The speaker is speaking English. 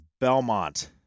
Belmont